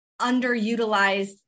underutilized